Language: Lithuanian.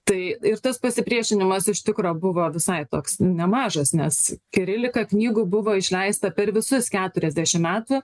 tai ir tas pasipriešinimas iš tikro buvo visai toks nemažas nes kirilika knygų buvo išleista per visus keturiasdešim metų